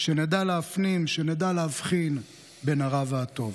/ שנדע להפנים, שנדע להבחין / בין הרע והטוב".